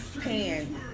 pan